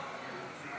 חבר הכנסת